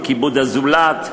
כיבוד הזולת,